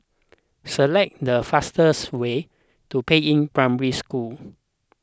select the fastest way to Peiying Primary School